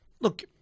look